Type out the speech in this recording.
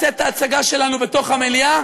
אני אסיים, אדוני.